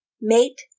mate